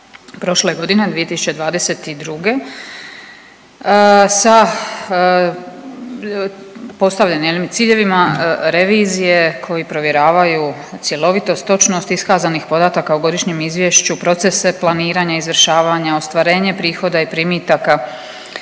prošle godine 2022. sa postavljenim ciljevima revizije koji provjeravaju cjelovitost, točnost iskazanih podataka u godišnjem izvješću, procese planiranja i izvršavanja, ostvarenje prihoda i primitaka,